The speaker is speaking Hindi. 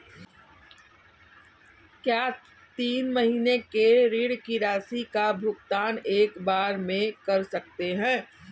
क्या तीन महीने के ऋण की राशि का भुगतान एक बार में कर सकते हैं?